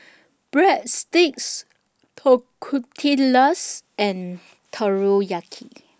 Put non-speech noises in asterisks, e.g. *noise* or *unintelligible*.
Breadsticks *unintelligible* and Teriyaki